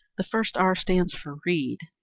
the first r stands for read.